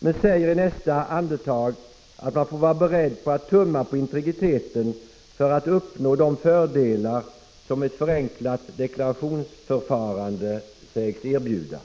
men de säger i nästa andetag att man får vara beredd på att tumma på integriteten för att uppnå de fördelar som ett förenklat deklarationsförfarande sägs erbjuda.